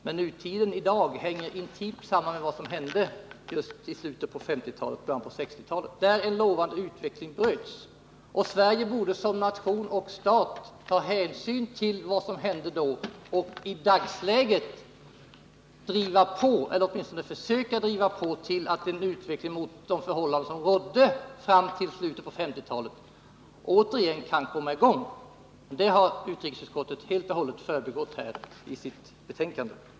Men nutiden hänger intimt samman med vad som hände just i slutet av 1950-talet och i början av 1960-talet, då en lovande utveckling bröts. Sverige borde som nation och stat ta hänsyn till vad som hände då och i dagsläget driva på, eller åtminstone försöka driva på, för att en utveckling mot de förhållanden som rådde fram till slutet av 1950-talet återigen skall komma i gång. Det har utrikesutskottet helt och hållet förbigått i sitt betänkande.